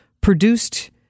produced